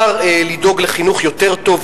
ולדאוג לחינוך יותר טוב,